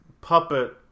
puppet